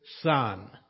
Son